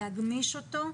להגמיש את זה.